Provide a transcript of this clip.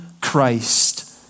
Christ